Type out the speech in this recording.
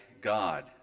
God